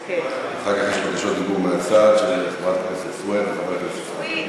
אחר כך יש בקשות דיבור מהצד של חברת הכנסת סוֵיד וחבר הכנסת סוִיד,